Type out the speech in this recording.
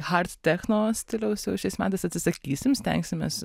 hard techno stiliaus jau šiais metais atsisakysim stengsimės